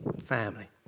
family